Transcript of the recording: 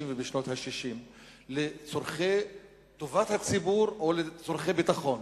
וה-60 לצורכי טובת הציבור או לצורכי ביטחון.